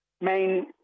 main